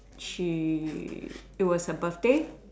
she it was her birthday